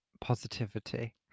positivity